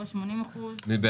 במקום 78.04 יבוא 80%. מי בעד?